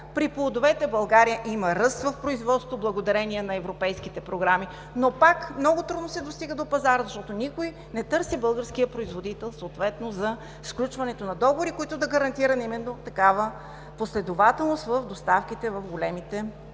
При плодовете България има ръст в производството благодарение на европейските програми, но пак много трудно се достига до пазара, защото никой не търси българския производител съответно за сключване на договори, които да гарантират такава последователност на доставките в големите вериги.